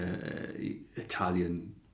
italian